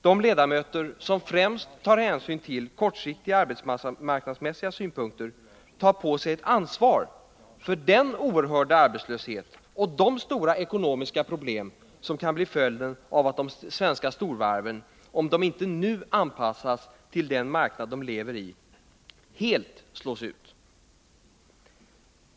De ledamöter som främst tar hänsyn till kortsiktiga arbetsmarknadsmässiga synpunkter tar på sig ett ansvar för den oerhörda arbetslöshet och de stora ekonomiska problem som kan bli följden av att de svenska storvarven — om de inte nu anpassas till den marknad de lever i — helt slås ut.